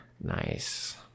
nice